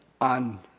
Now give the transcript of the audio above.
on